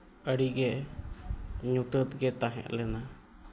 ᱟᱹᱰᱤ ᱜᱮ ᱧᱩᱛᱟᱹᱛ ᱜᱮ ᱛᱟᱦᱮᱸ ᱞᱮᱱᱟ